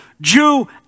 Jew